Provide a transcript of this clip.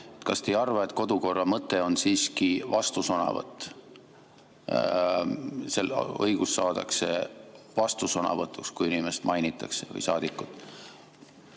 Kas te ei arva, et kodukorra mõte on siiski vastusõnavõtt? Õigus saadakse vastusõnavõtuks, kui inimest mainitakse, saadikut.